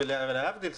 ולהבדיל,